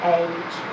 age